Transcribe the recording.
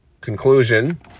conclusion